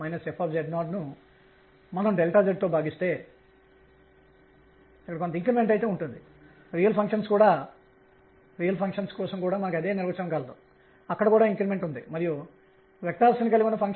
కాబట్టి క్వాంటం నిబంధన సాధారణీకృత ద్రవ్యవేగం పరంగా క్వాంటం prdr nr కు సమానం